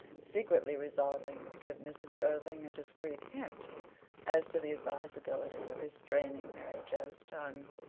secretly resolving to give mrs. irving a discreet hint as to the advisability of restraining mary joe's tongue.